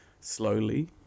slowly